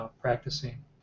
practicing